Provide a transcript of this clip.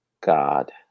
god